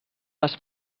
les